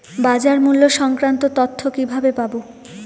বাজার মূল্য সংক্রান্ত তথ্য কিভাবে পাবো?